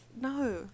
No